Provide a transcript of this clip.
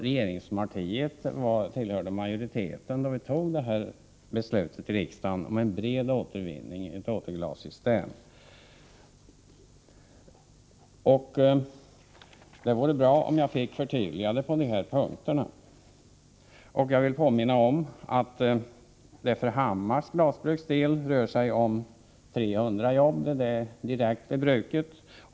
Regeringspartiet tillhörde också majoriteten när vi i riksdagen fattade beslutet om en bred återvinning och ett återglassystem. Det vore bra om jag fick förtydliganden på dessa punkter. Jag vill påminna om att det för Hammars glasbruk gäller 300 jobb, direkt i glasbruket.